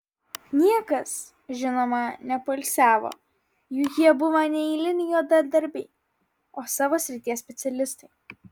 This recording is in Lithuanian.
niekas žinoma nepoilsiavo juk jie buvo ne eiliniai juodadarbiai o savo srities specialistai